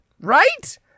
Right